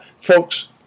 folks